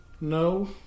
No